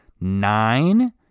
nine